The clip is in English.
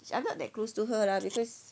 so I'm not that close to her lah because